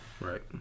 Right